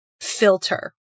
filter